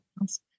else